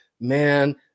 man